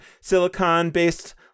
silicon-based